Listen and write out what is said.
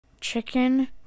chicken